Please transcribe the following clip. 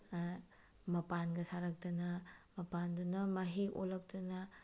ꯃꯄꯥꯟꯒ ꯁꯥꯔꯛꯇꯅ ꯃꯄꯥꯟꯗꯨꯅ ꯃꯍꯩ ꯑꯣꯜꯂꯛꯇꯨꯅ